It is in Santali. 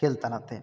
ᱠᱷᱮᱞ ᱛᱟᱞᱟ ᱛᱮ